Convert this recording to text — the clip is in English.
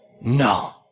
No